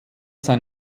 sein